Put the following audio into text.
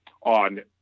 on